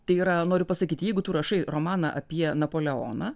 tai yra noriu pasakyt jeigu tu rašai romaną apie napoleoną